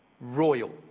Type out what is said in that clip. Royal